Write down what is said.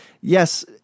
Yes